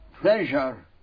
pleasure